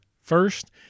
first